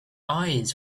eyes